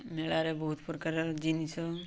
ମେଳାରେ ବହୁତ ପ୍ରକାର ଜିନିଷ